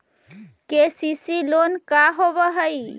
KCC loan का होब हइ?